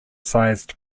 sized